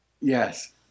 Yes